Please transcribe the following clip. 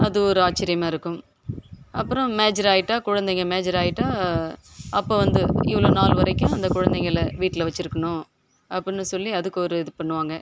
அது ஒரு ஆச்சரியமா இருக்கும் அப்புறோம் மேஜர் ஆயிட்டால் குழந்தைங்கள் மேஜர் ஆயிட்டால் அப்போ வந்து இவ்வளோ நாள் வரைக்கும் அந்த குழந்தைங்களை வீட்டில் வச்சுருக்கணும் அப்படினு சொல்லி அதுக்கொரு இது பண்ணுவாங்க